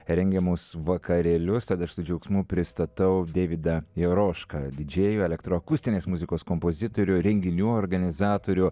rengiamus vakarėlius tad aš su džiaugsmu pristatau deividą jerošką didžėjų elektroakustinės muzikos kompozitorių renginių organizatorių